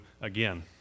again